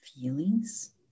feelings